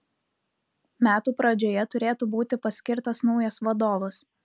metų pradžioje turėtų būti paskirtas naujas vadovas